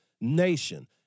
nation